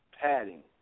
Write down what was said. padding